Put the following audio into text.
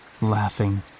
laughing